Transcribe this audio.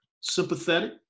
sympathetic